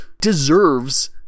deserves